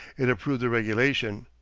it approved the regulation,